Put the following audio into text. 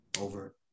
over